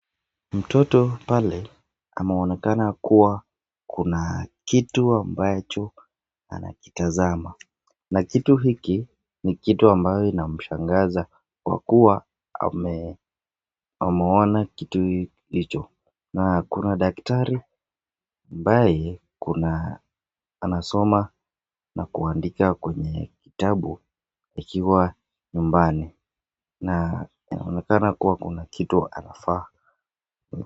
Mtoto pale ameonekana kuwa kuna kitu ambacho anakitazama na kitu hiki ni kitu ambayo inamshangaza kwa kuwa ameona kitu hicho na kuna daktari ambaye kuwa anasoma na kuandika kwenye kitabu ikiwa nyumbani na anaonekana kuna kitu anafanya